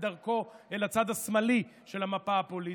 דרכו אל הצד השמאלי של המפה הפוליטית.